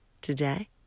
Today